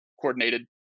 coordinated